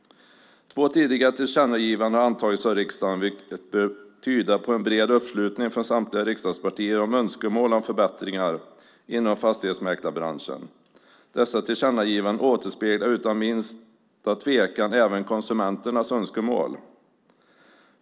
Två tidigare tillkännagivanden har gjorts av riksdagen, vilket bör tyda på en bred uppslutning från samtliga riksdagspartier bakom önskemål om förbättringar inom fastighetsmäklarbranschen. Dessa tillkännagivanden återspeglar utan minsta tvekan även konsumenternas önskemål.